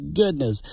goodness